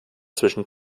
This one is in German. zwischen